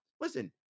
listen